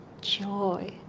joy